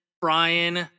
Brian